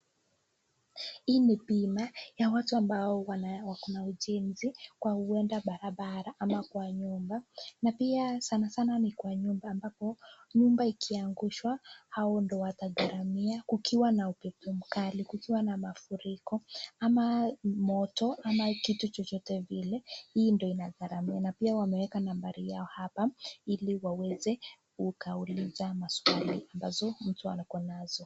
Hii ni bima ya watu ambao wana ujengezi kwa uenda barabara ama kwa nyumba. Na pia sana sana ni kwa nyumba ambapo nyumba ikiangushwa hao ndio watagharamia. Kukiwa na upepo mkali, kukiwa na mafuriko ama moto ama kitu chochote vile hii ndio inagharamia. Na pia wameweka nambari yao hapa ili waweze ukauliza maswali ambazo mtu anakuwa nazo.